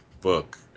book